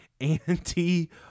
anti